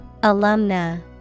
Alumna